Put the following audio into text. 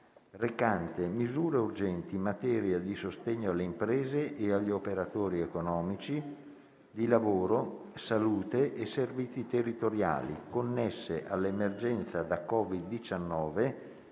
recante misure urgenti in materia di sostegno alle imprese e agli operatori economici, di lavoro, salute e servizi territoriali, connesse all'emergenza da COVID-19,